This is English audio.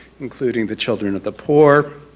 including the children of the poor,